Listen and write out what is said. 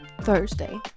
Thursday